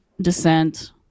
descent